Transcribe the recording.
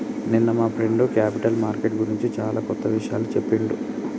నిన్న మా friend capital market గురించి చానా కొత్త ఇషయాలు చెప్పిండు